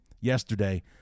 yesterday